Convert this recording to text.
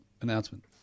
announcement